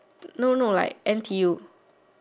no no like n_t_u